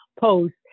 Post